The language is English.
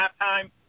halftime